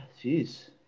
jeez